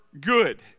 good